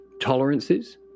tolerances